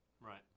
Right